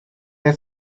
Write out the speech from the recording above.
they